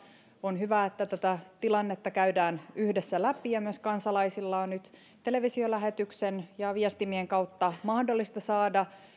on hyvä että tätä tilannetta käydään yhdessä läpi ja myös kansalaisilla on nyt televisiolähetyksen ja viestimien kautta mahdollista saada